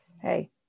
hey